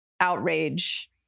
outrage